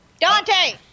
Dante